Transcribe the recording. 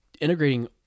integrating